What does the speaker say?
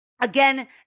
again